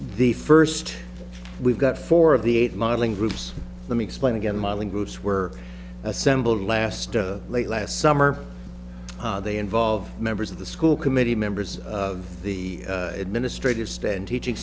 the first we've got four of the eight modeling groups let me explain again modeling groups were assembled last late last summer they involve members of the school committee members of the administrative staff and teaching